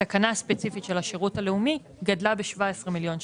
התקנה הספציפית של השירות הלאומי גדלה ב-17 מיליון שקלים.